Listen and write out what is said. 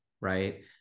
right